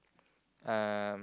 um